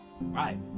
right